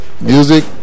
Music